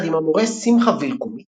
יחד עם המורה שמחה וילקומיץ,